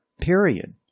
period